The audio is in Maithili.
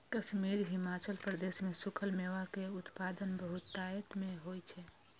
कश्मीर, हिमाचल प्रदेश मे सूखल मेवा के उत्पादन बहुतायत मे होइ छै